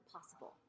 possible